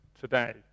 today